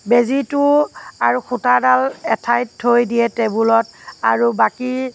বেজিটো আৰু সূতাডাল এঠাইত থৈ দিয়ে টেবুলত আৰু বাকী